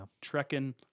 trekking